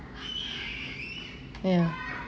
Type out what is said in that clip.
ya